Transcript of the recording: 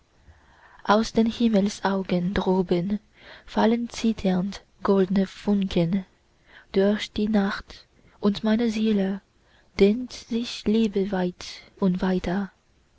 aus den himmelsaugen droben fallen zitternd goldne funken durch die nacht und meine seele dehnt sich liebeweit und weiter